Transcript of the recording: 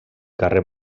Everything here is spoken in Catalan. carrer